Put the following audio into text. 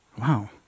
Wow